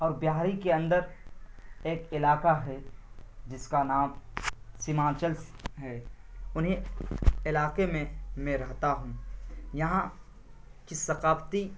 اور بہار ہی کے اندر ایک علاقہ ہے جس کا نام سیمانچل ہے انہیں علاقے میں میں رہتا ہوں یہاں کی ثقافتی